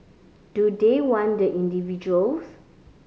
do they want the individuals